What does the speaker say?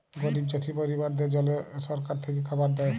গরিব চাষী পরিবারদ্যাদের জল্যে সরকার থেক্যে খাবার দ্যায়